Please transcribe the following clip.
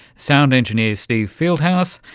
sound engineer steve fieldhouse,